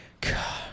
God